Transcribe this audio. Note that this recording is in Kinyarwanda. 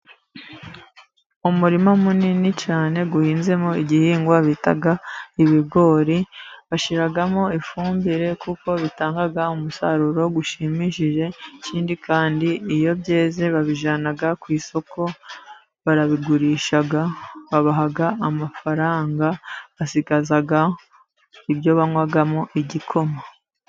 Umurima munini cyane uhinzemo igihingwa bita ibigori, bashyiramo ifumbire, kuko bitanga umusaruro ushimishije, ikindi kandi iyo byeze babijyana ku isoko, barabigurisha, babaha amafaranga, basigaza ibyo banywamo igikoma.